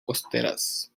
costeras